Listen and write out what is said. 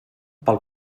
pel